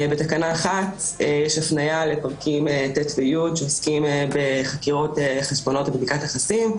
בתקנה 1 יש הפניה לפרקים ט ו-י שעוסקים בחקירות חשבונות לבדיקת נכסים.